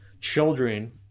children